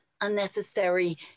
unnecessary